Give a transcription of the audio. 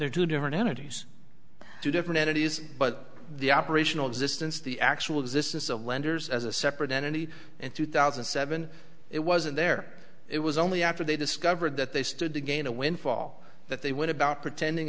they're two different entities two different entities but the operational existence the actual existence of lenders as a separate entity in two thousand and seven it wasn't there it was only after they discovered that they stood to gain a windfall that they would about pretending